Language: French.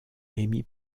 émis